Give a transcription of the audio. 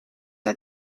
uit